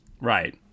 Right